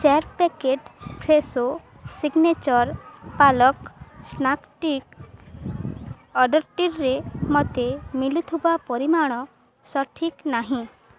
ଚାରି packet Fresho signature palak snack stick ଅର୍ଡ଼ର୍ଟିରେ ମୋତେ ମିଳିଥିବା ପରିମାଣ ସଠିକ୍ ନାହିଁ